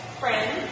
friend